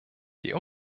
die